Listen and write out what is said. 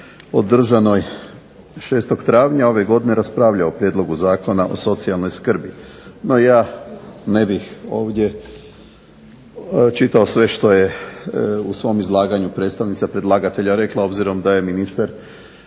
održanoj 6. travnja ove godine raspravljao o Prijedlogu zakona o socijalnoj skrbi. No, ja ne bih ovdje čitao sve što je u svom izlaganju predstavnica predlagatelja rekla obzirom da je ministar,